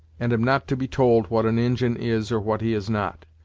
and am not to be told what an injin is or what he is not.